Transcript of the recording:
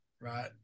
right